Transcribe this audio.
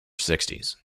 sixties